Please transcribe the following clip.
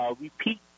repeat